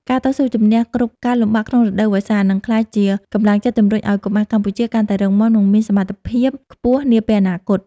ការតស៊ូជម្នះគ្រប់ការលំបាកក្នុងរដូវវស្សា នឹងក្លាយជាកម្លាំងចិត្តជម្រុញឱ្យកុមារកម្ពុជាកាន់តែរឹងមាំ និង មានសមត្ថភាពខ្ពស់នាពេលអនាគត។